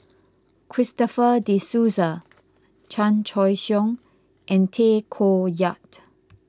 Christopher De Souza Chan Choy Siong and Tay Koh Yat